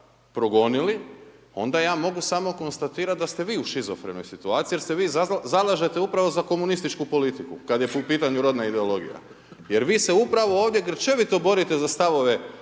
onda ja mogu samo konstatirat da ste vi u šizofrenoj situaciji, jer se vi zalažete upravo za komunističku politiku kad je u pitanju rodna ideologija. Jer vi se upravo ovdje grčevito borite za stavove